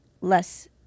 Less